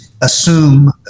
assume